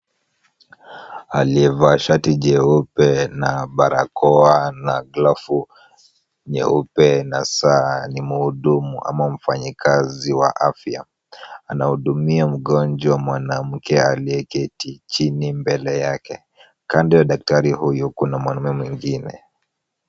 Aliyevaa shati jeupe, na barakoa, na glovu nyeupe, na saa, ni muhudumu ama mfanyikazi wa afya. Anahudumia mgonjwa mwanamke aliyeketi chini, mbele yake. Kando ya daktari huyu kuna mwanamume mwengine.